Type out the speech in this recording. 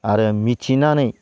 आरो मिथिनानै